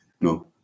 no